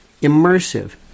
immersive